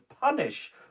punish